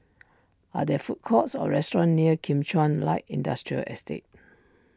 are there food courts or restaurants near Kim Chuan Light Industrial Estate